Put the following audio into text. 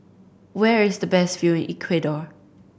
where is the best view in Ecuador